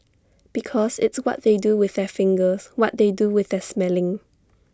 because it's what they do with their fingers what they do with their smelling